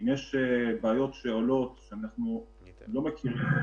אם יש בעיות שעולות שאנחנו לא מכירים,